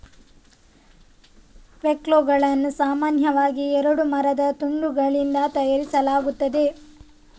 ಫ್ಲೇಲುಗಳನ್ನು ಸಾಮಾನ್ಯವಾಗಿ ಎರಡು ಮರದ ತುಂಡುಗಳಿಂದ ತಯಾರಿಸಲಾಗುತ್ತದೆ